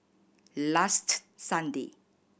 last Sunday